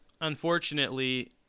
unfortunately